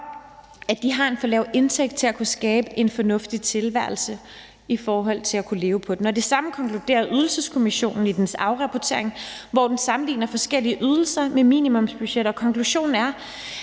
at de har en for lav indtægt til at kunne skabe en fornuftig tilværelse og til at kunne leve af den. Det samme konkluderede Ydelseskommissionen i dens afrapportering, hvor den sammenligner forskellige ydelser med minimumsbudgetter, og konklusionen er,